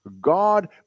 God